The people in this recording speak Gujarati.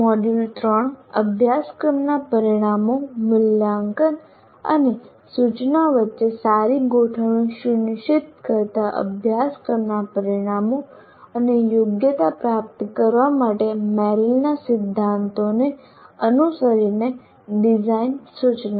મોડ્યુલ3 અભ્યાસક્રમનાં પરિણામો મૂલ્યાંકન અને સૂચના વચ્ચે સારી ગોઠવણી સુનિશ્ચિત કરતા અભ્યાસક્રમના પરિણામો અને યોગ્યતા પ્રાપ્ત કરવા માટે મેરિલના સિદ્ધાંતોને અનુસરીને ડિઝાઇન સૂચના